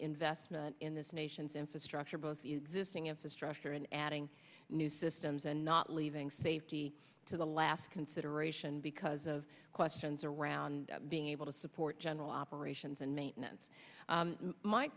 investment in this nation's infrastructure both the existing infrastructure and adding new systems and not leaving safety to the last consideration because of questions around being able to support general operations and maintenance